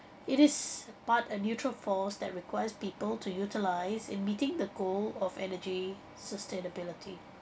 it is but a neutral force that requires people to utilise in meeting the goal of energy sustainability